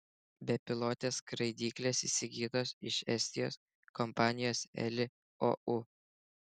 bepilotės skraidyklės įsigytos iš estijos kompanijos eli ou